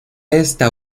esta